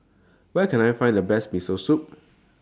Where Can I Find The Best Miso Soup